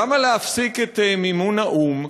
למה להפסיק את מימון האו"ם?